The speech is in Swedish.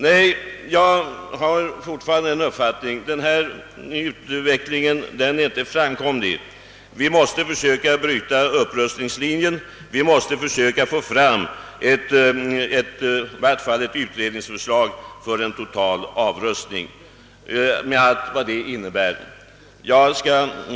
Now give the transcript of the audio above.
Nej, jag har fortfarande uppfattningen att vi slagit in på en väg som inte är framkomlig; vi måste försöka bryta upprustningslinjen, vi måste försöka få fram i varje fall ett utredningsförslag om en total avrustning med allt vad det innebär.